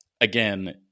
again